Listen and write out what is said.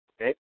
Okay